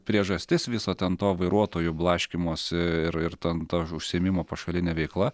priežastis viso to vairuotojų blaškymosi ir ir ten ta užsiėmimo pašaline veikla